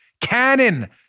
Cannon